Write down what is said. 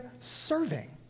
serving